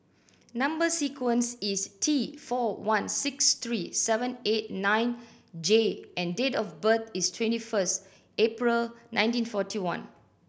number sequence is T four one six three seven eight nine J and date of birth is twenty first April nineteen forty one